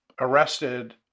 arrested